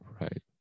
Right